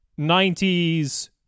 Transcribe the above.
90s